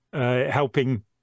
helping